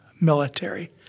military